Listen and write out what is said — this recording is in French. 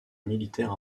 militaire